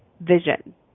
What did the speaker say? vision